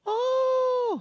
oh